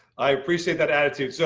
i appreciate that attitude. so